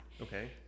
okay